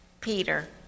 Peter